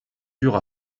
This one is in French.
dure